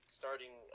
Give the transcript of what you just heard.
starting